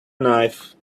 knife